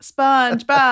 SpongeBob